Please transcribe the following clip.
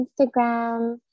Instagram